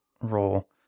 role